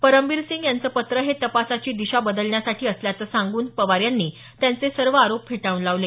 परमबीरसिंग यांचं पत्र हे तपासाची दिशा बदलण्यासाठी असल्याचं सांगून पवार यांनी त्यांचे सर्व आरोप फेटाळून लावले